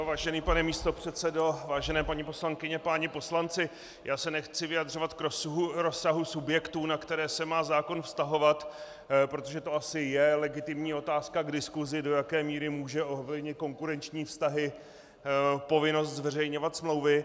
Vážený pane místopředsedo, vážené paní poslankyně, páni poslanci, nechci se vyjadřovat k rozsahu subjektů, na které se má zákon vztahovat, protože to asi je legitimní otázka k diskusi, do jaké míry může ovlivnit konkurenční vztahy povinnost zveřejňovat smlouvy.